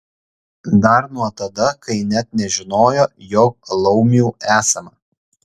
dar nuo tada kai net nežinojo jog laumių esama